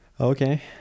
Okay